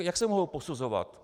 Jak se mohou posuzovat?